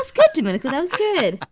was good, domenico. that was good